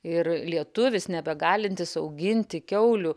ir lietuvis nebegalintis auginti kiaulių